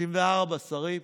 34 שרים,